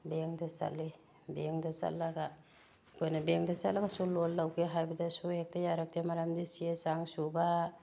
ꯕꯦꯡꯛꯇ ꯆꯠꯂꯤ ꯕꯦꯡꯛꯇ ꯆꯠꯂꯒ ꯑꯩꯈꯣꯏꯅ ꯕꯦꯡꯛꯇ ꯆꯠꯂꯒꯁꯨ ꯂꯣꯟ ꯂꯧꯒꯦ ꯍꯥꯏꯕꯗꯁꯨ ꯍꯦꯛꯇ ꯌꯥꯔꯛꯇꯦ ꯃꯔꯝꯗꯤ ꯆꯦ ꯆꯥꯡ ꯁꯨꯕ